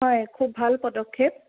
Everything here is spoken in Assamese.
হয় খুব ভাল পদক্ষেপ